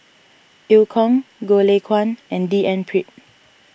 Eu Kong Goh Lay Kuan and D N Pritt